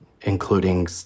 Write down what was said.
including